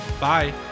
bye